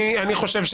אני חושב,